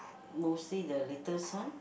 mostly the latest one